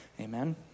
Amen